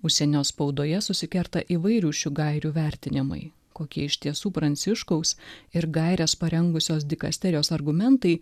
užsienio spaudoje susikerta įvairių šių gairių vertinimai kokie iš tiesų pranciškaus ir gaires parengusios dikasterijos argumentai